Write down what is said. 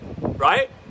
right